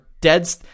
dead